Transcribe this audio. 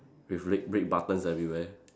with red red buttons everywhere